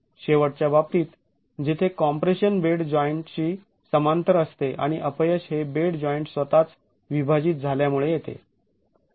शेवटच्या बाबतीत जिथे कॉम्प्रेशन बेड जॉईंटशी समांतर असते आणि अपयश हे बेड जॉईंट स्वतःच विभाजित झाल्यामुळे येते